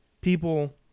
people